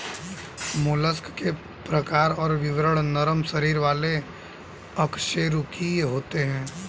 mollusc के प्रकार और विवरण नरम शरीर वाले अकशेरूकीय होते हैं